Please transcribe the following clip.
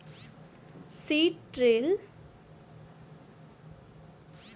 seed drill एकटा विशेष प्रकारक उपकरण होइत छै जाहि सॅ खेत मे भूर क के बीया रोपल जाइत छै